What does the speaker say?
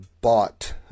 bought